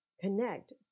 connect